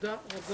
הישיבה ננעלה